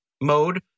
mode